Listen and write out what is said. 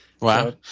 wow